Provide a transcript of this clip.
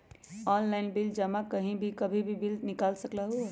Online bill जमा कहीं भी कभी भी बिल निकाल सकलहु ह?